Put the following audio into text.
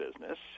business